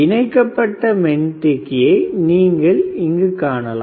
இணைக்கப்பட்ட மின்தேக்கியை நீங்கள் இங்கு காணலாம்